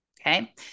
Okay